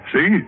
See